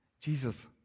Jesus